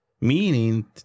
meaning